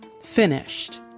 finished